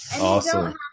Awesome